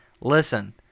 listen